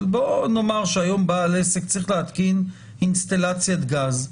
אבל בוא נאמר שהיום בעל עסק צריך להתקין אינסטלציית גז,